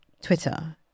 twitter